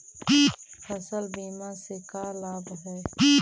फसल बीमा से का लाभ है?